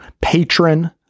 patron